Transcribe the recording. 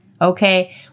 Okay